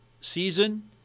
season